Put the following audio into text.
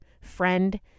friend